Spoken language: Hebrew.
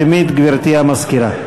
נא להתחיל בהצבעה שמית, גברתי המזכירה.